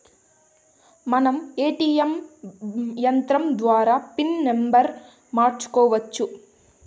మనం ఏ.టీ.యం యంత్రం ద్వారా పిన్ నంబర్ని మార్చుకోవచ్చు